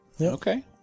Okay